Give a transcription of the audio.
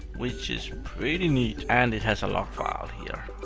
which is pretty neat, and it has a log file here.